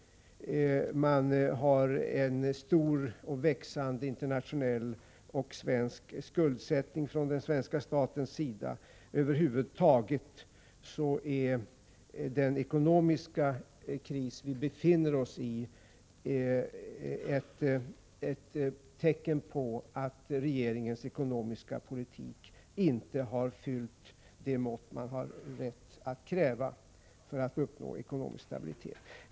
Man har en stor och växande internationell och svensk skuldsättning från den svenska statens sida. Över huvud taget är den ekonomiska kris vi befinner oss i ett tecken på att regeringens ekonomiska politik inte har fyllt måttet — något som man annars har rätt att kräva — när det gäller att uppnå ekonomisk stabilitet.